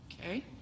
Okay